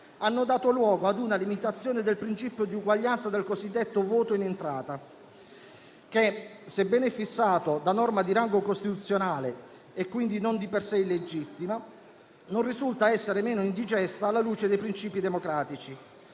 hanno dato luogo a una limitazione del principio di uguaglianza del cosiddetto voto in entrata che, sebbene fissato da norma di rango costituzionale e, quindi, non di per sé illegittimo, non risulta essere meno indigesto alla luce dei princìpi democratici.